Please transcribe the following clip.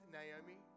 Naomi